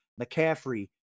McCaffrey